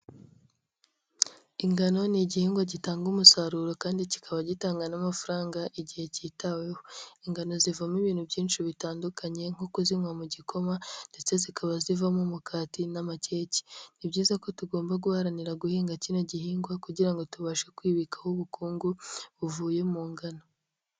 Ingano ni igihingwa gitanga umusaruro kandi kikaba gitanga n'amafaranga igihe cyitaweho, ingano zivamo ibintu byinshi bitandukanye, nko kuzinywa mu gikoma ndetse zikaba zivamo umukati n'amakeke, ni byiza ko tugomba guharanira guhinga kino gihingwa kugira ngo tubashe kwibikaho ubukungu buvuye mu ngano.